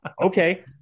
okay